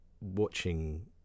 watching